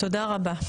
תודה רבה.